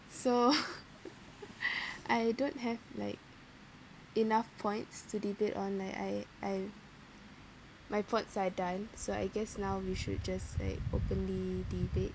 so I don't have like enough points to debate on like I I my points are done so I guess now we should just like openly debate